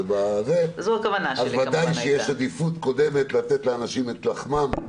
אז בוודאי שיש עדיפות לתת לאנשים את לחמם.